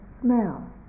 smell